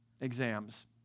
exams